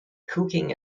cooking